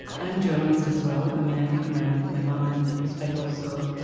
and journalists as well. i mean, i think my my mom in that respect also